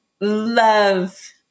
love